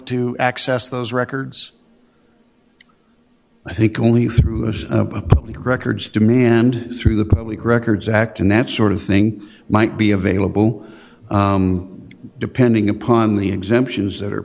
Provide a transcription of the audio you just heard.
to access those records i think only through a public records demand through the public records act and that sort of thing might be available depending upon the exemptions that are